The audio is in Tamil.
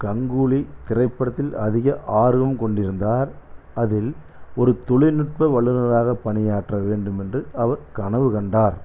கங்குலி திரைப்படத்தில் அதிக ஆர்வம் கொண்டிருந்தார் அதில் ஒரு தொழில்நுட்ப வல்லுநராக பணியாற்ற வேண்டும் என்று அவர் கனவு கண்டார்